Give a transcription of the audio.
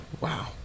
Wow